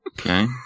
okay